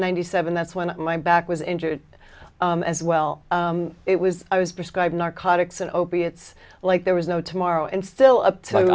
ninety seven that's when my back was injured as well it was i was prescribed narcotics and opiates like there was no tomorrow and still up to